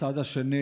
בצד השני